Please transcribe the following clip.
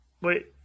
wait